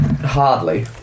Hardly